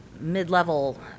mid-level